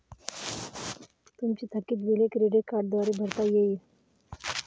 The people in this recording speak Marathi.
तुमची थकीत बिले क्रेडिट कार्डद्वारे भरता येतील